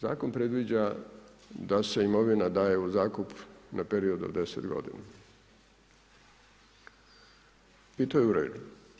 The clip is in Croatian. Zakon predviđa da se imovina daje u zakup na period od 10 godina. i to je u redu.